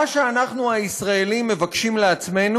מה שאנחנו הישראלים מבקשים לעצמנו,